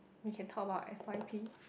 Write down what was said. we can talk about F_Y_P